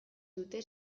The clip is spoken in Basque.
dute